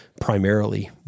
primarily